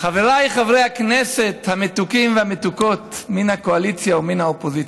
חבריי חברי הכנסת המתוקים והמתוקות מן הקואליציה ומן האופוזיציה,